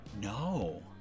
No